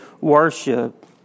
worship